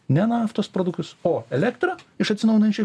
ne naftos produktus o elektrą iš atsinaujinančių